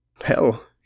Hell